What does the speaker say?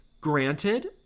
Granted